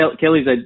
kelly's